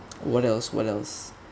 what else what else